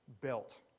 built